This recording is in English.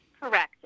correct